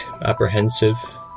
apprehensive